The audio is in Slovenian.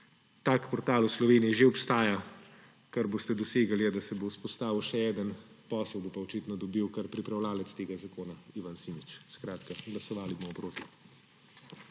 Tak portal v Sloveniji že obstaja, kar boste dosegli, je, da se bo vzpostavil še eden, posel bo pa očitno dobil kar pripravljavec tega zakona Ivan Simič. Skratka, glasovali bomo proti.